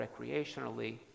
recreationally